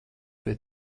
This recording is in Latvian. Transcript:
pie